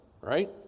right